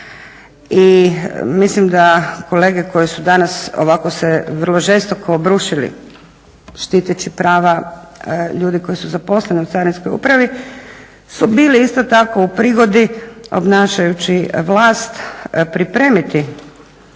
i mislim da kolege koje su dana ovako se vrlo žestoko obrušili štiteći prava ljudi koji su zaposleni u Carinskoj upravi su bili isto tako u prigodi obnašajući vlast pripremiti